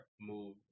move